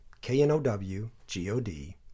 K-N-O-W-G-O-D